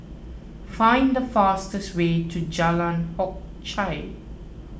find the fastest way to Jalan Hock Chye